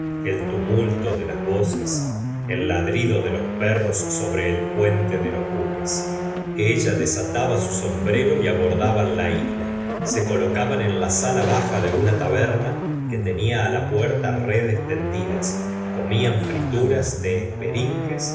el tumulto de las voces el ladrido de los perros sobre el puente de los buques ella desataba su sombrero y abordaban la isla se colocaban en la sala baja de una taberna que tenia á la puerta redes tendidas comían frituras de esperinques